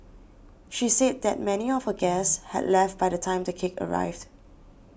she said that many of her guests had left by the time the cake arrived